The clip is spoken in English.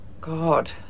God